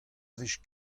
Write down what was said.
wech